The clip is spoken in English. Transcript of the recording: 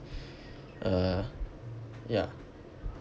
uh ya